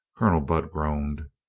colonel budd groaned.